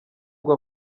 ngo